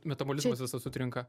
metabolizmas visas sutrinka